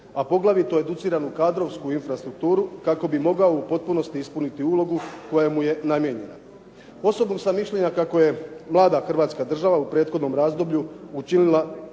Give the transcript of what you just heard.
a poglavito educiranu kadrovsku infrastrukturu kako bi mogao u potpunosti ispuniti ulogu koja mu je namijenjena. Osobno sam mišljenja kako je mlada Hrvatska država u prethodnom razdoblju učinila jako